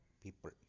people